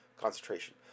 concentration